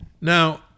Now